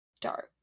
dark